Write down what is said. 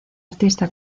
artista